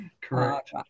correct